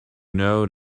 know